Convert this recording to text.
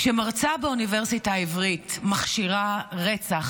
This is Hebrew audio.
כשמרצה באוניברסיטה העברית מכשירה רצח